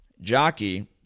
Jockey